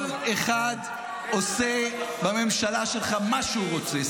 כל אחד עושה בממשלה שלך מה שהוא רוצה.